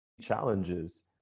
challenges